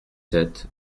sept